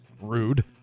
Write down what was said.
Rude